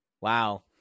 Wow